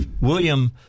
William